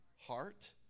heart